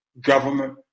government